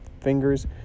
fingers